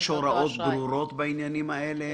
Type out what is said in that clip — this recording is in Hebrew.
יש הוראות ברורות בעניינים האלה?